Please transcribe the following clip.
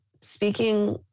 speaking